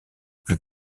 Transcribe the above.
plus